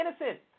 innocent